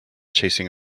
chasing